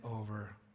over